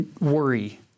worry